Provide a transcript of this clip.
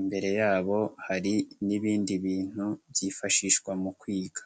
imbere yabo hari n'ibindi bintu byifashishwa mu kwiga.